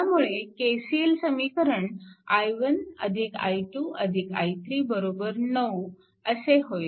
त्यामुळे KCL समीकरण i1 i2 i3 9 असे होईल